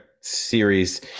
series